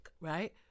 right